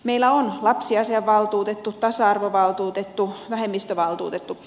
meillä on lapsiasiavaltuutettu tasa arvovaltuutettu vähemmistövaltuutettu